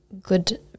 good